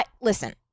Listen